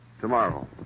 Tomorrow